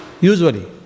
Usually